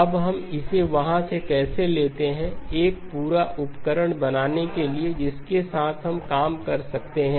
अब हम इसे वहाँ से कैसे लेते हैं एक पूरा उपकरण बनने के लिए जिसके साथ हम काम कर सकते हैं